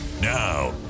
Now